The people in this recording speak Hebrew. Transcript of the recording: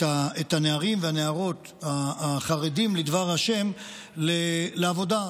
הנערים והנערות החרדים לדבר השם לעבודה,